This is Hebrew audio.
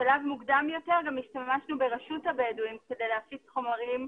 בשלב מוקדם יותר גם השתמשנו ברשות הבדואים כדי להפיץ חומרים,